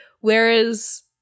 Whereas